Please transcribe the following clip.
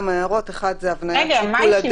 לגבי תקנה 6 עלו כמה הערות: אחת זה הבניית שיקול הדעת.